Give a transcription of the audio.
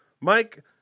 Mike